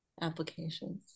applications